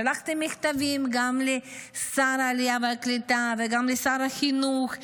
שלחתי מכתבים גם לשר העלייה והקליטה וגם לשר החינוך.